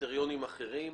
קריטריונים אחרים.